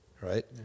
right